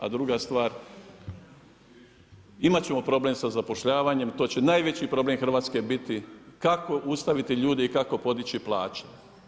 A druga stvar, imat ćemo problem sa zapošljavanjem, to će najveći problem Hrvatske biti kako zaustaviti ljude i kako podići plaće.